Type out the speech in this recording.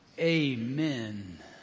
Amen